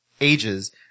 ages